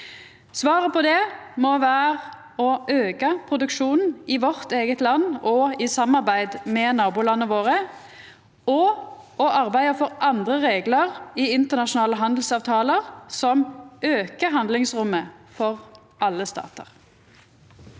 Svaret på det må vera å auka produksjonen i vårt eige land, òg i samarbeid med nabolanda våre, og å arbeida for andre reglar i internasjonale handelsavtalar som aukar handlingsrommet for alle statar.